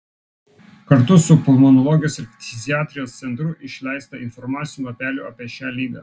kartu su pulmonologijos ir ftiziatrijos centru išleista informacinių lapelių apie šią ligą